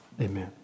Amen